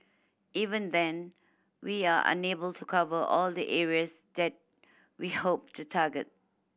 even then we are unable to cover all the areas that we hope to target